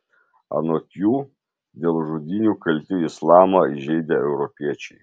anot jų dėl žudynių kalti islamą įžeidę europiečiai